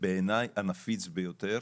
בעיניי הנפיץ ביותר.